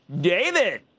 David